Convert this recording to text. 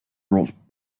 brought